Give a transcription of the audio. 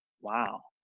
wow